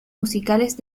musicales